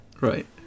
Right